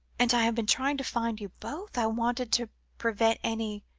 and i have been trying to find you both. i wanted to prevent any